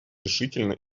решительно